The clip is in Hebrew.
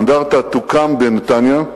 האנדרטה תוקם בנתניה.